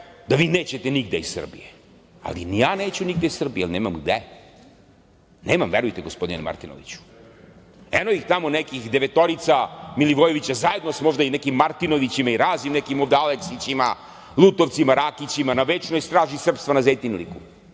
da vi nećete nigde iz Srbije, ali ni ja neću nigde iz Srbije, nemam gde. Nemam, verujte, gospodine Martinoviću. Eno ih tamo nekih devetorica Milivojevića, zajedno sa možda još nekim Martinovićima, raznim nekim Aleksićima, Lutovcima, Rakićima, na večnoj straži srpstva na Zejtilniku